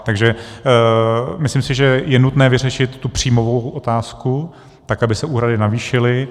Takže si myslím, že je nutné vyřešit tu příjmovou otázku, tak aby se úhrady navýšily.